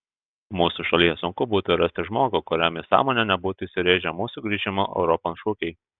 mūsų šalyje sunku būtų rasti žmogų kuriam į sąmonę nebūtų įsirėžę mūsų grįžimo europon šūkiai